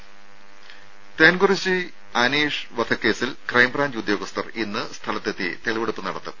രും തേങ്കുറിശ്ശി അനീഷ് വധക്കേസിൽ ക്രൈംബ്രാഞ്ച് ഉദ്യോഗസ്ഥർ ഇന്ന് സ്ഥലത്തെത്തി തെളിവെടുപ്പ് നടത്തും